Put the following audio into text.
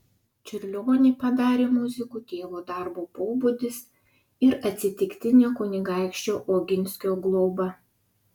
čiurlionį padarė muziku tėvo darbo pobūdis ir atsitiktinė kunigaikščio oginskio globa